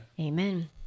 Amen